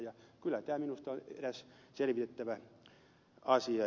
kyllä tämä minusta on eräs selvitettävä asia